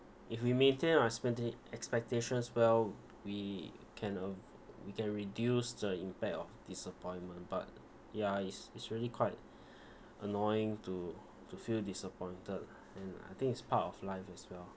if we maintain our expecta~ expectations well we can uh we can reduce the impact of disappointment but ya it's it's really quite annoying to to feel disappointed and I think it's part of life as well